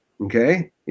Okay